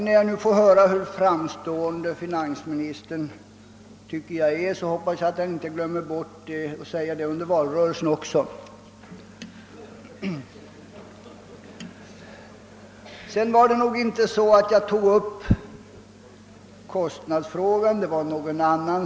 — När jag nu får höra hur framstående finansministern tycker att jag är, hoppas jag att han inte glömmer bort att framhålla detta även under valrörelsen. Kostnadsfrågan drogs inte upp av mig utan av någon annan.